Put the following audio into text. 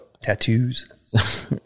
tattoos